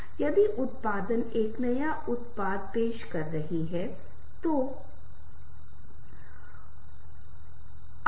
अब जैसा कि मैं रिश्ते की विशेषता उल्लेख कर रहा था रिश्ते लोगों को ढालते हैं